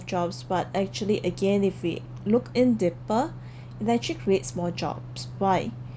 jobs but actually again if we look in deeper it actually creates more jobs why